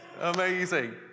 amazing